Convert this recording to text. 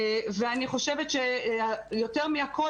אני חושבת שיותר מהכול,